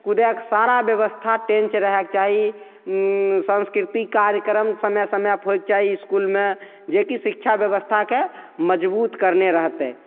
कुदैके सारा बेबस्था टेन्च रहैके चाही साँस्कृतिक कार्यक्रम समय समयपर होइके चाही इसकुलमे जेकि शिक्षा बेबस्थाके मजबूत करने रहतै